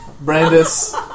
Brandis